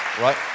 right